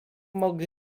mogli